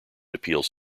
appeals